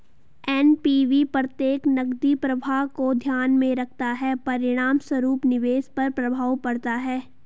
NPV प्रत्येक नकदी प्रवाह को ध्यान में रखता है, परिणामस्वरूप निवेश पर प्रभाव पड़ता है